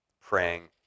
praying